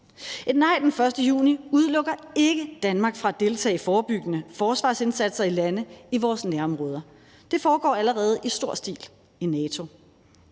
Et nej den 1. juni udelukker ikke Danmark fra at deltage i forebyggende forsvarsindsatser i lande i vores nærområder. Det foregår allerede i stor stil i NATO.